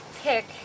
pick